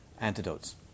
antidotes